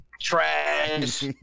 Trash